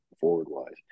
forward-wise